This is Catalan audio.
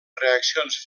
reaccions